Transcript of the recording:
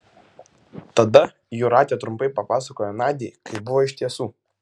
tada jūratė trumpai papasakojo nadiai kaip buvo iš tiesų